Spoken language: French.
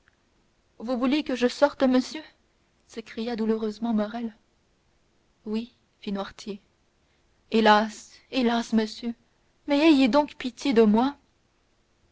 porte voulez-vous que je sorte monsieur s'écria douloureusement morrel oui fit noirtier hélas hélas monsieur mais ayez donc pitié de moi